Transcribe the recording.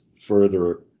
further